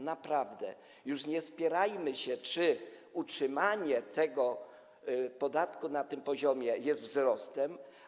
Naprawdę już nie spierajmy się, czy utrzymanie tego podatku na tym poziomie jest wzrostem.